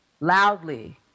loudly